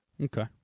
Okay